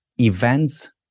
events